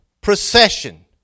procession